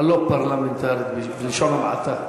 הלא-פרלמנטרית, בלשון המעטה.